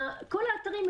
כל האתרים מלאים,